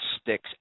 sticks